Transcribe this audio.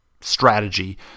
strategy